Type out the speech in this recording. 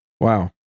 Wow